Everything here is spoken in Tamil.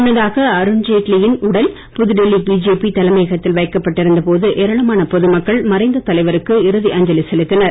முன்னதாக அருண்ஜெட்லி யின் உடல் புதுடெல்லி பிஜேபி தலைமையகத்தில் வைக்கப்பட்டிருந்த போது ஏராளமான பொது மக்கள் மறைந்த தலைவருக்கு இறுதி அஞ்சலி செலுத்தினர்